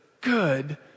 good